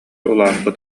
улааппыт